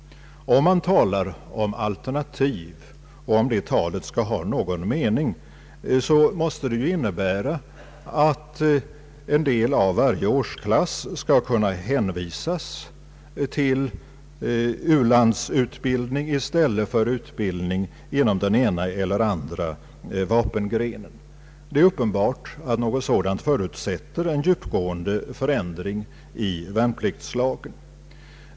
Talar man om alternativ, och skall det talet ha någon mening, måste det innebära att en del av varje årsklass skall kunna hänvisas till u-landsutbildning i stället för utbildning inom den ena eller andra vapengrenen. Det är uppenbart att något sådant förutsätter en djupgående förändring i värnpliktslagen.